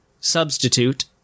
Substitute